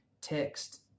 text